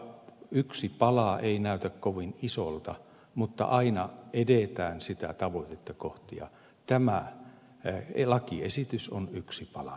yksi pala ei näytä kovin isolta mutta aina edetään sitä tavoitetta kohti ja tämä lakiesitys on yksi pala tässä ketjussa